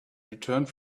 returned